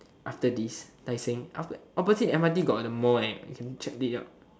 after this Tai-Seng aft~ opposite m_r_t got the mall eh we can check it out